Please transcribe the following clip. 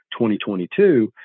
2022